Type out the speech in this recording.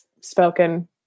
spoken